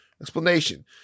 Explanation